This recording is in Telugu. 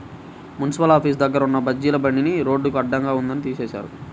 మున్సిపల్ ఆఫీసు దగ్గర ఉన్న బజ్జీల బండిని రోడ్డుకి అడ్డంగా ఉందని తీసేశారు